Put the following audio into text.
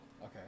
okay